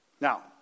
Now